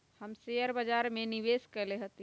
हम शेयर बाजार में निवेश कएले हती